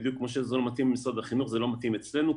בדיוק כמו שזה לא מתאים למשרד החינוך זה לא מתאים אצלנו,